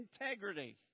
integrity